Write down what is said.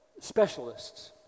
specialists